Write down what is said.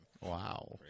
wow